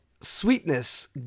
sweetness